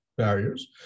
barriers